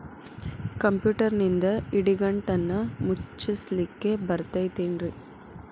ಕಂಪ್ಯೂಟರ್ನಿಂದ್ ಇಡಿಗಂಟನ್ನ ಮುಚ್ಚಸ್ಲಿಕ್ಕೆ ಬರತೈತೇನ್ರೇ?